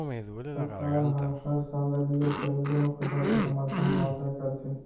सरकार ह हर साल रबि अउ खरीफ दूनो फसल के समरथन भाव तय करथे